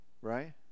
right